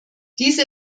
diese